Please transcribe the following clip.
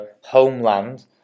homeland